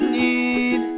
need